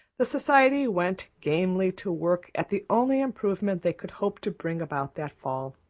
the society went gamely to work at the only improvement they could hope to bring about that fall.